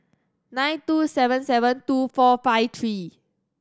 nine two seven seven two four five three